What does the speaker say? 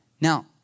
Now